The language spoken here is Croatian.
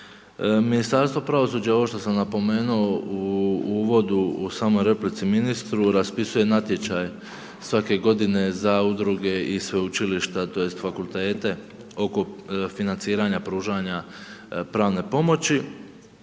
Ministarstvo pravosuđa je ovo što sam napomenuo u uvodu u samoj replici ministru, raspisuje natječaj svake godine za udruge i sveučilišta tj. fakultete oko financiranja pružanja pravne pomoći,